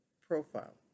profile